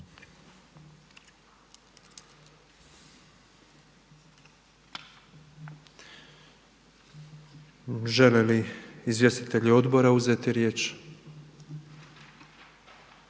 Žele li izvjestitelji odbora uzeti riječ?